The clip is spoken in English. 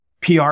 PR